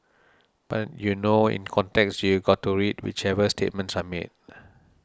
but you know in context you got to read whichever statements are made